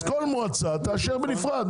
אז כל מועצה תאשר בנפרד,